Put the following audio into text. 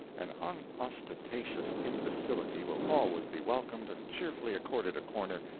and unostentatious imbecility will always be welcomed and cheerfully accorded a corner,